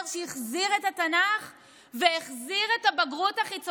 את התנ"ך והחזיר את הבגרות החיצונית בתנ"ך.